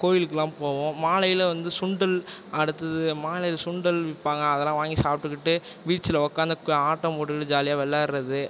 கோயிலுக்கெலாம் போவோம் மாலையில் வந்து சுண்டல் அடுத்தது மாலையில் சுண்டல் விற்பாங்க அதெல்லாம் வாங்கி சாப்பிட்டுக்கிட்டு பீச்சில் உக்கார்ந்து ஆட்டம் போட்டுக்கிட்டு ஜாலியாக விளாடுறது